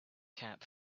cap